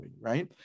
right